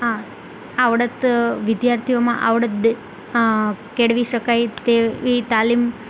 આ આવડત વિદ્યાર્થીઓમાં આવડત કેળવી શકાય તેવી તાલીમ